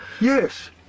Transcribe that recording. Yes